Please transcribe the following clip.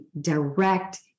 direct